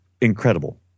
incredible